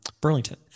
Burlington